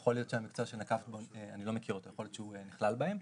שאני לא מכיר את המקצוע שנקבת בו ויכול להיות נכלל בהם,